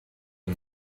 der